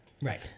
Right